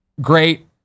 Great